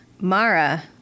Mara